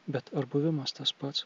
bet ar buvimas tas pats